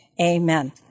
Amen